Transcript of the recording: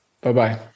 Bye-bye